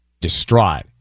distraught